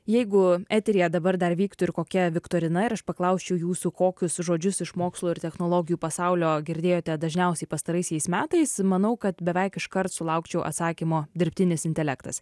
jeigu eteryje dabar dar vyktų ir kokia viktorina ir aš paklausčiau jūsų kokius žodžius iš mokslo ir technologijų pasaulio girdėjote dažniausiai pastaraisiais metais manau kad beveik iškart sulaukčiau atsakymo dirbtinis intelektas